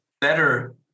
better